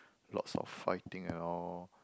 lots of fighting and all